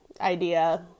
idea